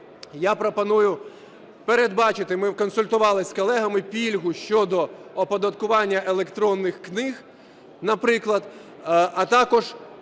я пропоную передбачити – ми консультувались з колегами – пільгу щодо оподаткування електронних книг, наприклад, а також